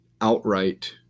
outright